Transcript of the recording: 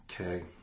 Okay